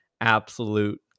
absolute